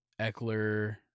Eckler